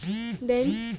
then